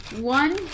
One